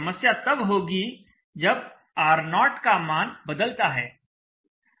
समस्या तब होगी जब R0 का मान बदलता है